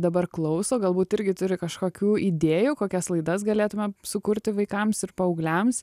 dabar klauso galbūt irgi turi kažkokių idėjų kokias laidas galėtumėm sukurti vaikams ir paaugliams